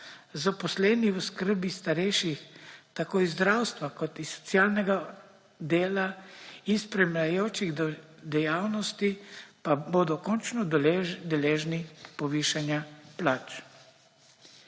Zaposleni v oskrbi starejših tako iz zdravstva kot iz socialnega dela in spremljajočih dejavnosti pa bodo končno deležni povišanja plač.